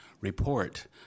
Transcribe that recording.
Report